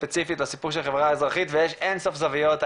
ספציפית לסיפור של החברה האזרחית ויש אינסוף זוויות,